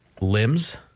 limbs